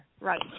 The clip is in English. right